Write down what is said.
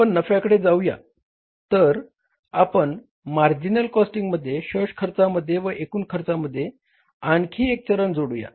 आपण नफ्याकडे जाऊया तर आपण मार्जिनल कॉस्टिंगमध्ये शोष खर्चामध्ये व एकूण खर्चामध्ये आणखि एक चरण जोडूया